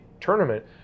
tournament